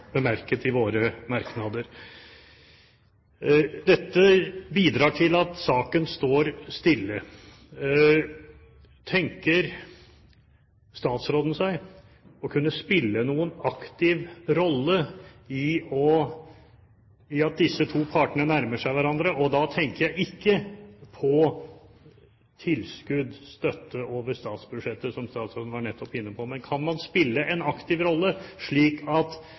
bemerket i våre merknader. Dette bidrar til at saken står stille. Tenker statsråden seg å kunne spille noen aktiv rolle i å få disse to partene til å nærme seg hverandre, og da tenker jeg ikke på tilskudd, støtte over statsbudsjettet, som statsråden nettopp var inne på? Kan man spille en aktiv rolle, slik at